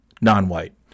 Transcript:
non-white